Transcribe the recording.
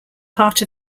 part